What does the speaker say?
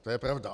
To je pravda.